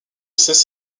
cesse